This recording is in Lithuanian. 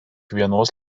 vienos